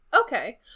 Okay